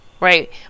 right